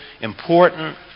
important